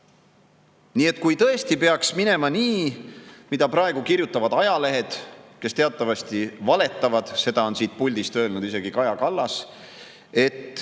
Eestis. Kui tõesti peaks minema nii, mida praegu kirjutavad ajalehed, kes teatavasti valetavad – seda on siit puldist öelnud isegi Kaja Kallas –, et